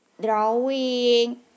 drawing